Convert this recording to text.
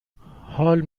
حال